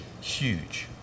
huge